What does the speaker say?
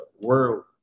world